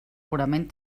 purament